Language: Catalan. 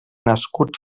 nascut